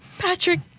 Patrick